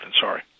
sorry